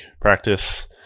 practice